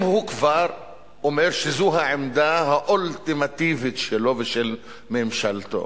אם הוא כבר אומר שזו העמדה האולטימטיבית שלו ושל ממשלתו,